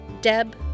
Deb